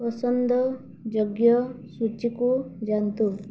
ପସନ୍ଦଯୋଗ୍ୟ ସୂଚୀକୁ ଯାଆନ୍ତୁ